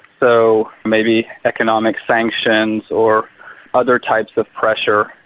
so maybe economic sanctions or other types of pressure,